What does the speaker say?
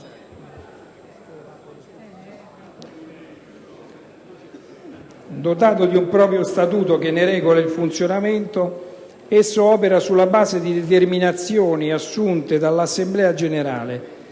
dotato di un proprio statuto che ne regola il funzionamento; esso opera sulla base di determinazioni assunte dall'Assemblea generale,